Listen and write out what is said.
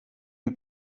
lui